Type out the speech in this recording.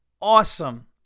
awesome